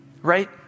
right